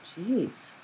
jeez